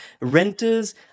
renters